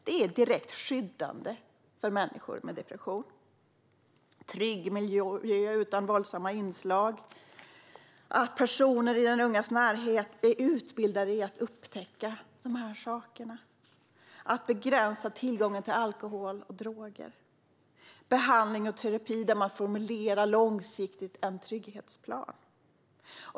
Det är direkt skyddande för människor med depression: en trygg miljö utan våldsamma inslag, att personer i den ungas närhet är utbildade i att upptäcka de här sakerna, att man begränsar tillgången till alkohol och droger, att man ger behandling och terapi med en formulerad långsiktig trygghetsplan.